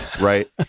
right